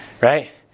Right